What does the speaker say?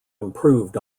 improved